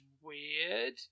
weird